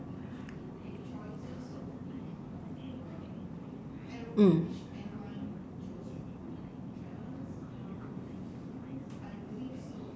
mm